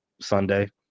Sunday